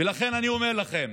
לכן אני אומר לכם,